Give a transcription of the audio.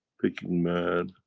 picking man,